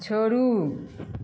छोड़ू